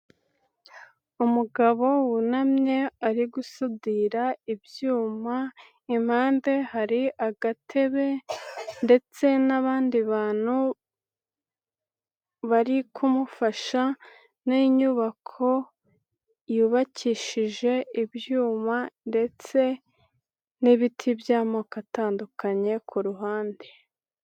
Umugabo wunamye ari gusudira ibyuma, impande hari agatebe ndetse n'abandi bantu bari kumufasha n'inyubako yubakishije ibyuma ndetse n'ibiti by'amoko atandukanye ku ruhande.